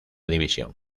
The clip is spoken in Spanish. división